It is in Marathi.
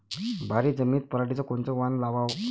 भारी जमिनीत पराटीचं कोनचं वान लावाव?